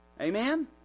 Amen